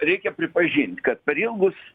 reikia pripažint kad per ilgus